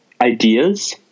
ideas